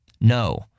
No